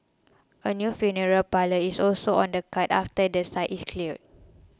a new funeral parlour is also on the cards after the site is cleared